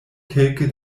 kelke